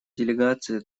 делегации